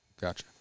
Gotcha